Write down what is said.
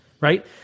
right